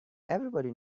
everybody